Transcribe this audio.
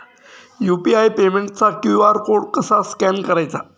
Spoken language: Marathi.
यु.पी.आय पेमेंटचा क्यू.आर कोड कसा स्कॅन करायचा?